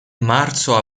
marzo